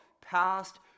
past